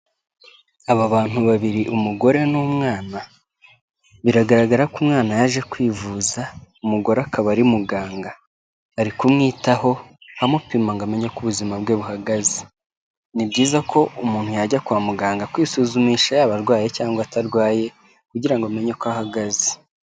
Aba bantu babiri umugore n'umwana, biragaragara ko umwana yaje kwivuza, umugore akaba ari muganga, ari kumwitaho amupima ngo amenye uko ubuzima bwe buhagaze, ni byiza ko umuntu yajya kwa muganga kwisuzumisha yaba arwaye cyangwa atarwaye kugira ngo amenye ko ahagaze.